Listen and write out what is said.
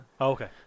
Okay